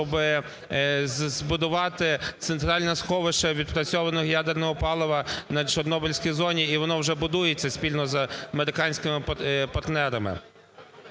щоб збудувати центральне сховище відпрацьованого ядерного палива на Чорнобильській зоні, і воно вже будується спільно з американськими партнерами.